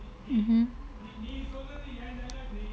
mmhmm